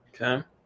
Okay